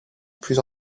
plus